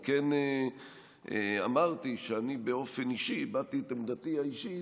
אני כן אמרתי שאני באופן אישי הבעתי את עמדתי האישית.